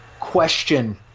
question